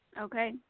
Okay